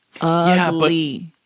Ugly